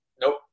Nope